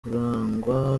kurangwa